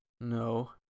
No